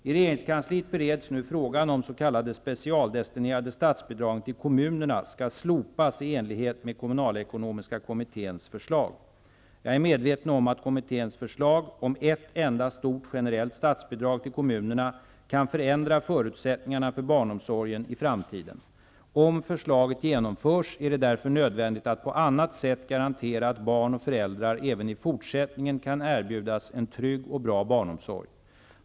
I regringskansliet bereds nu frågan om de s.k. specialdestinerade statsbidragen till kommunerna skall slopas i enlighet med kommunalekonomiska kommitténs förslag. Jag är medveten om att kommitténs förslag om ett enda stort generellt statsbidrag till kommunerna kan förändra förutsättningarna för barnomsorgen i framtiden. Om förslaget genomförs är det därför nödvändigt att på annat sätt garantera att barn och föräldrar även i fortsättningen kan erbjudas en trygg och bra barnomsorg.